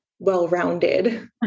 well-rounded